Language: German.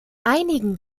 einigen